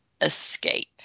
escape